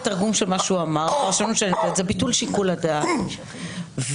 התרגום של מה שאמר ביטול שיקול הדעת וביטול